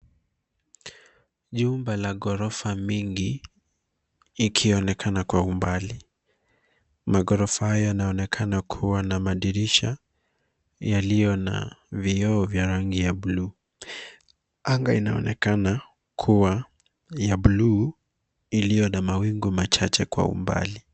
Jumba la ghorofa mingi ikionekana kwa umbali. Maghorofa haya yanaonekana kuwa na madirisha yaliyo na vioo vya rangi ya buluu. Anga inaonekana kuwa ya buluu iliyo na mawingu machache kwa umbali.